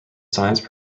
science